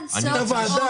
אתה ועדה,